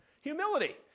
Humility